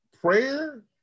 prayer